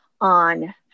on